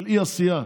של אי-עשייה,